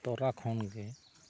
ᱛᱚᱨᱟ ᱠᱷᱚᱱ ᱜᱮ